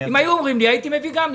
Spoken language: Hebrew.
אם היו אומרים לי, הייתי מביא גם.